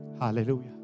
Hallelujah